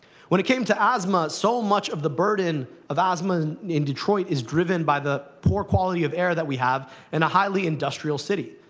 when it came to asthma, so much of the burden of asthma in detroit is driven by the poor quality of air that we have in a highly-industrial city.